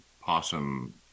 possum